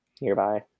nearby